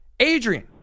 Adrian